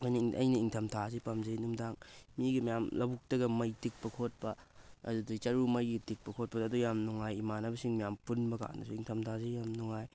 ꯑꯩꯅ ꯏꯟꯊꯝꯊꯥꯁꯤ ꯄꯥꯝꯖꯩ ꯅꯨꯃꯤꯗꯥꯡ ꯃꯤꯒ ꯃꯌꯥꯝ ꯂꯧꯕꯨꯛꯇꯒ ꯃꯩ ꯇꯤꯛꯄ ꯈꯣꯠꯄ ꯑꯗꯨꯒꯤ ꯆꯔꯨ ꯃꯩꯒ ꯇꯤꯛꯄ ꯈꯣꯠꯄꯗꯣ ꯑꯗꯨ ꯌꯥꯝ ꯅꯨꯡꯉꯥꯏ ꯏꯃꯥꯟꯅꯕꯁꯤꯡ ꯃꯌꯥꯝ ꯄꯨꯟꯕ ꯀꯥꯟꯗꯁꯨ ꯏꯟꯊꯝꯊꯥꯁꯤ ꯌꯥꯝ ꯅꯨꯡꯉꯥꯏ